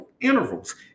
intervals